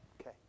Okay